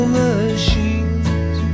machines